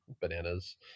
bananas